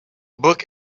book